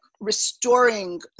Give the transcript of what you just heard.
restoring